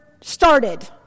started